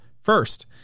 first